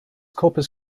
corpus